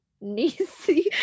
Nisi